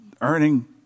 earning